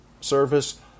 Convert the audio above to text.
service